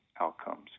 Outcomes